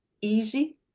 easy